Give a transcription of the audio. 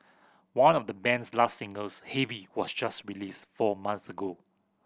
one of the band's last singles Heavy was just released four months ago